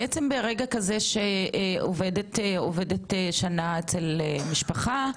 בעצם ברגע כזה שעובדת שנה אצל משפחה,